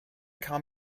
kam